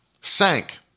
sank